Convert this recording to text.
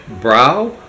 brow